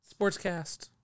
sportscast